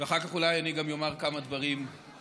ואחר כך אולי אני גם אומר כמה דברים נוספים.